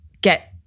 get